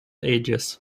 ages